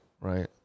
right